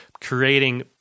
creating